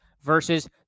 versus